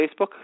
Facebook